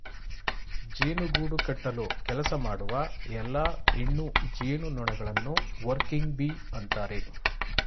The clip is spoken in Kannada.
ಜೇನು ಗೂಡು ಕಟ್ಟಲು ಕೆಲಸ ಮಾಡುವ ಎಲ್ಲಾ ಹೆಣ್ಣು ಜೇನುನೊಣಗಳನ್ನು ವರ್ಕಿಂಗ್ ಬೀ ಅಂತರೆ